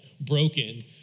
broken